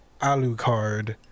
Alucard